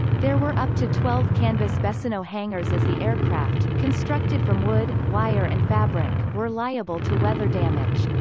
there were up to twelve canvas bessonneau hangars as the aircraft, constructed from wood, wire and fabric, were liable to weather damage.